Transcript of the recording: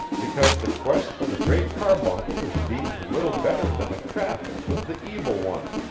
because the quest for the great carbuncle is deemed little better than a traffic with the evil one.